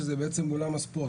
שזה בעצם אולם הספורט.